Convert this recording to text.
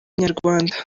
inyarwanda